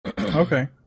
Okay